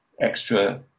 extra